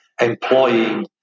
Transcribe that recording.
employing